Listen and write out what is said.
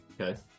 Okay